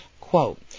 quote